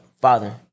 Father